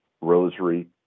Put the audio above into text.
Rosary